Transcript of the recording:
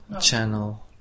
channel